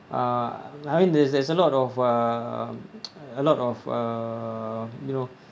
uh I mean there's there's a lot of uh a lot of uh you know